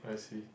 I see